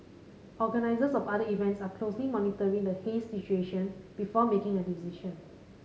organisers of other events are closely monitoring the haze situation before making a decision